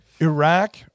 Iraq